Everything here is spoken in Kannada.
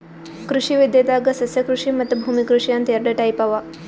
ಕೃಷಿ ವಿದ್ಯೆದಾಗ್ ಸಸ್ಯಕೃಷಿ ಮತ್ತ್ ಭೂಮಿ ಕೃಷಿ ಅಂತ್ ಎರಡ ಟೈಪ್ ಅವಾ